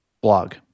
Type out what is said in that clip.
Blog